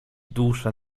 dusze